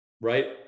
right